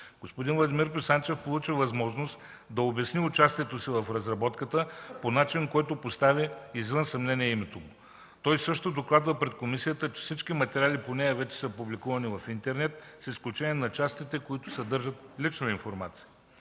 Господин Владимир Писанчев получи възможност да обясни участието си в разработката по начин, който постави извън съмнение името му. Той също докладва пред комисията, че всички материали по нея вече са публикувани в интернет, с изключение на частите, които съдържат лична информация.